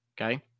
okay